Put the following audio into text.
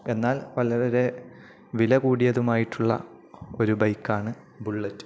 എന്നാൽ വളരരെ വില കൂടിയതുമായിട്ടുള്ള ഒരു ബൈക്കാണ് ബുള്ളറ്റ്